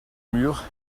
murs